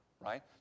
right